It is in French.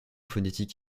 phonétique